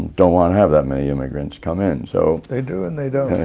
don't want to have that many immigrants come in. so they do and they don't.